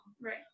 Right